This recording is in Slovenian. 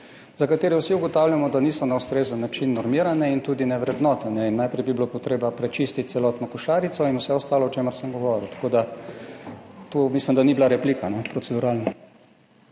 za katere vsi ugotavljamo, da niso na ustrezen način normirane in tudi ne vrednotene. Najprej bi bilo treba prečistiti celotno košarico in vse ostalo, o čemer sem govoril. Tako da mislim, da to ni bila replika, proceduralno.